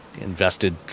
invested